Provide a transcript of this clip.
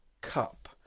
Cup